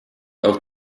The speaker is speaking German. auf